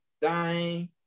dying